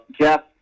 Jeff